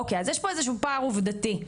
אוקי אז יש פה פער עובדתי מסוים.